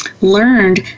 learned